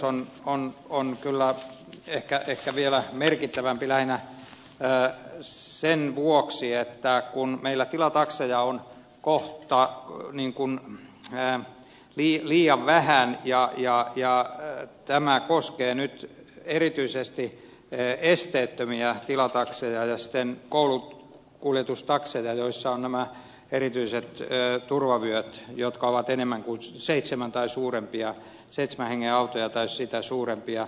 tämä taksiveroalennus on kyllä ehkä vielä merkittävämpi lähinnä sen vuoksi että meillä tilatakseja on kohta liian vähän ja tämä koskee nyt erityisesti esteettömiä tilatakseja ja siten koulukuljetustakseja joissa on nämä erityiset turvavyöt jotka ovat enemmän kuin seitsemän tai suurempia seitsemän hengen autoja tai sitä suurempia